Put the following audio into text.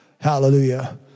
Hallelujah